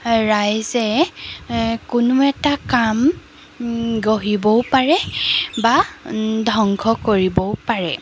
ৰাইজে কোনো এটা কাম গঢ়িবও পাৰে বা ধ্বংস কৰিবও পাৰে